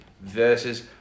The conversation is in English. ...versus